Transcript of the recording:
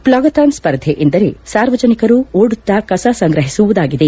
plogathon ಸ್ಪರ್ಧೆ ಎಂದರೆ ಸಾರ್ವಜನಿಕರು ಓಡುತ್ತಾ ಕಸ ಸಂಗ್ರಹಿಸುವುದಾಗಿದೆ